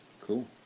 Cool